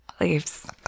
leaves